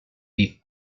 beef